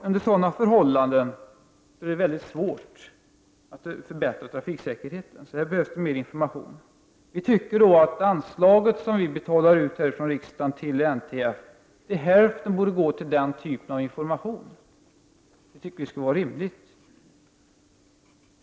Under sådana förhållanden är det väldigt svårt att förbättra trafiksäkerheten, så här behövs det mer information. Vi tycker att det vore rimligt att hälften av anslaget som riksdagen betalar ut till NTF användes till den typen av information.